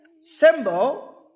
symbol